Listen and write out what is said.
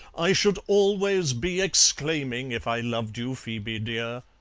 i should always be exclaiming if i loved you, phoebe dear.